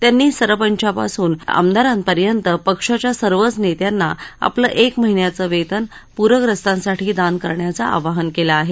त्यांनी सरंपचांपासून तर आमदारांपर्यंत पक्षाच्या सर्वच नेत्यांना आपलं एका महिन्याचं वेतन प्रग्रस्तांसाठी दान करण्याचं आवाहन केलं आहे